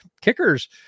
kickers